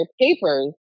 papers